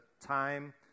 time